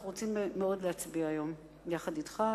אנחנו רוצים מאוד להצביע היום יחד אתך.